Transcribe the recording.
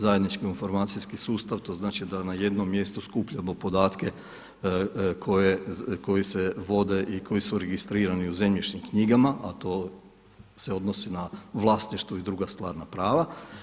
Zajednički informacijski sustav, to znači da na jednom mjestu skupljamo podatke koji se vode i koji su registrirani u zemljišnim knjigama a to se odnosi na vlasništvu i druga stvarna prava.